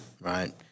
Right